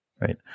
Right